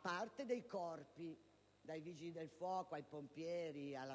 quella dei Corpi: dai Vigili del fuoco alla Polizia,